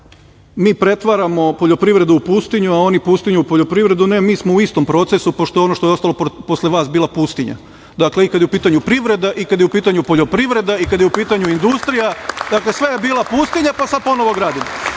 mi pretvaramo poljoprivredu u pustinju, a oni pustinju u poljoprivredu. Ne, mi smo u istom procesu, pošto ono što je ostalo posle vas je bila pustila. I kada je u pitanju privreda i kada je u pitanju poljoprivreda i kada je u pitanju industrija. Dakle, sve je bila pustinja, pa sada ponovo gradimo. Ovo